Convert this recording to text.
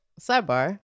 sidebar